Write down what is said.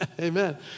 Amen